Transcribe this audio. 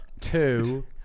two